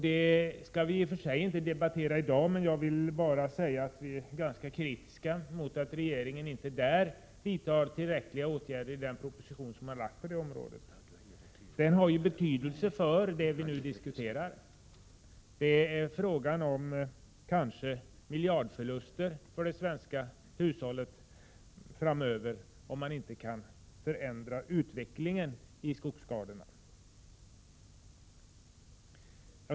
Vi skall visserligen inte debattera den i dag, men jag vill ändå säga att vi är ganska kritiska mot att regeringen i den proposition som har lagts fram på det området inte föreslår tillräckliga åtgärder. Detta har betydelse för det vi nu diskuterar. Det blir fråga om förluster, kanske 21 miljardförluster, för det svenska hushållet framöver, om man inte kan förändra utvecklingen av skogsskadorna.